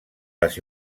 les